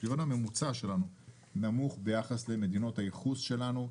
הפריון הממוצע שלנו נמוך ביחס למדינות הייחוס שלנו,